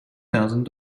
thousand